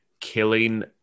killing